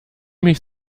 mich